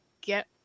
get